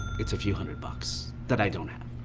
it's a few hundred bucks, that i don't have.